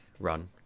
run